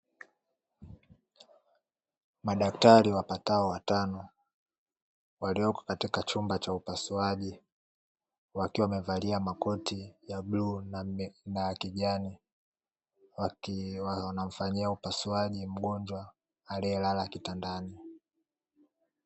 Madktari wapatao watano waliopo katika chumba cha upasuaji, wakiwa wamevalia makoti ya bluu na kijani. Wakiwa wanamfanyia upasuaji mgonjwa alielala kitandani.